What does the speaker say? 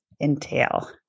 entail